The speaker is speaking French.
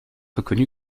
reconnu